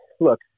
look